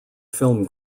film